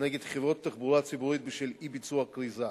נגד חברות תחבורה ציבורית בשל אי-ביצוע כריזה,